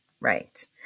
Right